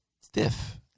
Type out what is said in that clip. stiff